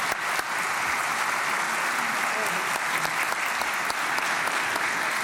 (מחיאות כפיים)